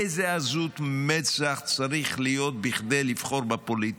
איזו עזות מצח צריכה להיות כדי לבחור בפוליטיקה.